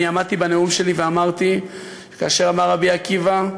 אני עמדתי בנאום שלי, ואמרתי, כאשר אמר רבי עקיבא: